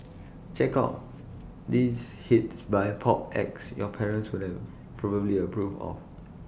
check out these hits by pop acts your parents would probably approve of